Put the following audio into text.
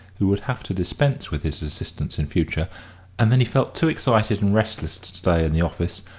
who would have to dispense with his assistance in future and then he felt too excited and restless to stay in the office,